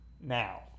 now